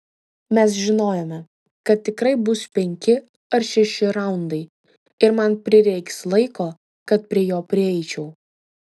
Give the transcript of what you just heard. mes žinojome kad tikrai bus penki ar šeši raundai ir man prireiks laiko kad prie jo prieičiau